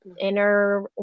inner